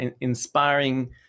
inspiring